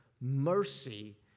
mercy